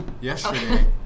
yesterday